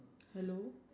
hello